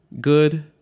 good